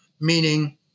meaning